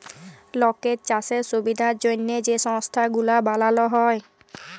লকের চাষের সুবিধার জ্যনহে যে সংস্থা গুলা বালাল হ্যয়